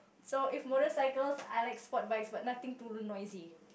so if motorcycles I like sport bikes but nothing too n~ noisy